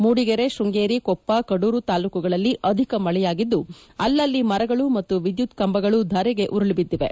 ಮೂಡಿಗೆರೆ ಶೃಂಗೇರಿ ಕೊಪ್ಪ ಕಡೂರು ತಾಲೂಕುಗಳಲ್ಲಿ ಅಧಿಕ ಮಳೆಯಾಗಿದ್ದು ಅಲ್ಲಲ್ಲಿ ಮರಗಳು ಮತ್ತು ವಿದ್ಯುತ್ ಕಂಬಗಳು ಧರಗೆ ಉರುಳಿ ಬಿದ್ದಿವೆ